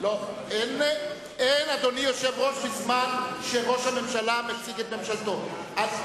אין "אדוני היושב-ראש" בזמן שראש הממשלה מציג את ממשלתו.